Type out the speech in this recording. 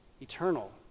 eternal